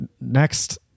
next